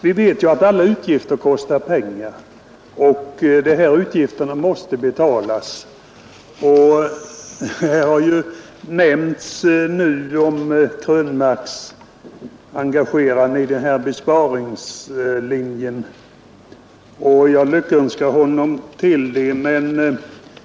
Vi vet alla att forskning kostar pengar, och de här utgifterna måste betalas. Herr Krönmark har engagerat sig för besparingslinjen och jag lyckönskar honom.